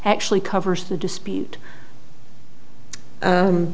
actually covers the dispute